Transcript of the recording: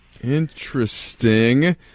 Interesting